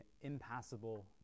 impassable